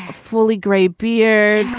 fully gray beard.